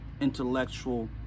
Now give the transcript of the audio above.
intellectual